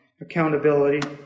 accountability